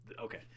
Okay